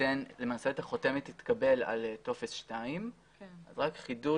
שלמעשה החותמת תתקבל על טופס 2. רק חידוד.